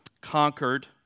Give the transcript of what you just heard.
conquered